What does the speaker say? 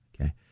Okay